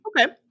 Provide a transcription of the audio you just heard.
Okay